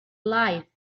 life